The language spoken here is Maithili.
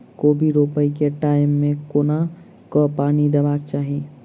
कोबी रोपय केँ टायम मे कोना कऽ पानि देबाक चही?